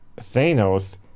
Thanos